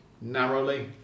narrowly